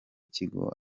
kigo